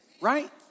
right